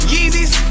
Yeezys